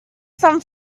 some